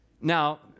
Now